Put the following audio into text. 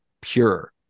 pure